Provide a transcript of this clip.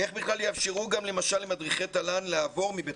איך בכלל יאפשרו למדריכי תל"ן לעבור מבית